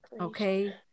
okay